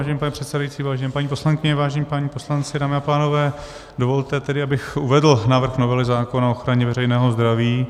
Vážený pane předsedající, vážené paní poslankyně, vážení páni poslanci, dámy a pánové, dovolte tedy, abych uvedl návrh novely zákona o ochraně veřejného zdraví.